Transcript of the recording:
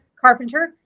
Carpenter